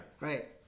right